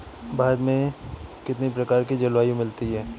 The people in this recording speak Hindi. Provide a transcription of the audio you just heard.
भारत में कितनी प्रकार की जलवायु मिलती है?